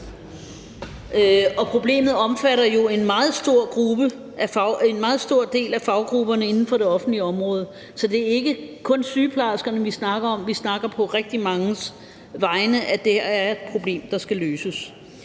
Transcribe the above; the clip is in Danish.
og problemet omfatter jo en meget stor del af faggrupperne inden for det offentlige område, så det er ikke kun sygeplejerskerne, vi snakker om. Vi snakker på rigtig manges vegne, at det her er et problem, der skal løses.